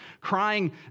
crying